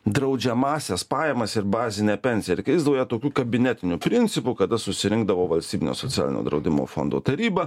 draudžiamąsias pajamas ir bazinę pensiją ir keisdavo ją tokiu kabinetiniu principu kada susirinkdavo valstybinio socialinio draudimo fondo taryba